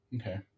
Okay